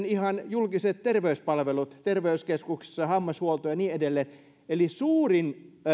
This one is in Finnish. ihan julkiset terveyspalvelut terveyskeskuksissa hammashuolto ja niin edelleen eli suurin